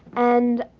and,